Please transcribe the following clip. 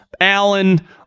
Allen